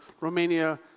Romania